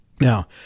now